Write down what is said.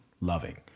loving